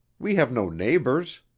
we have no neighbors.